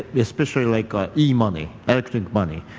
especially like ah emoney, electric money.